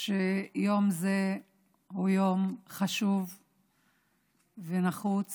שיום זה הוא יום חשוב ונחוץ